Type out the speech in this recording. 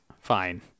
fine